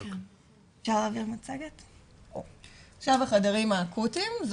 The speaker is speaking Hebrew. עכשיו, החדרים האקוטיים.